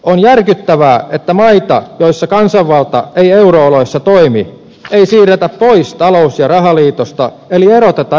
on järkyttävää että maita joissa kansanvalta ei euro oloissa toimi ei siirretä pois talous ja rahaliitosta eli eroteta eurosta